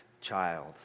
child